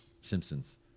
Simpsons